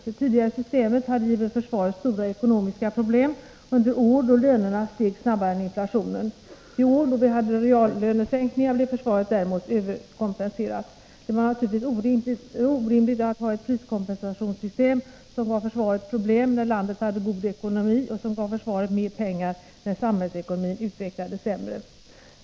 Det tidigare systemet hade givit försvaret stora ekonomiska problem under år då lönerna steg snabbare än inflationen. De år vi hade reallönesänkningar blev försvaret däremot ”överkompenserat”. Det var naturligtvis orimligt att ha ett priskompensationssystem som gav försvaret problem när landet hade god ekonomi och som gav försvaret mer pengar när samhällsekonomin utvecklades sämre.